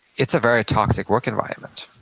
it's a very toxic work environment,